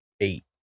eight